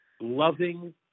loving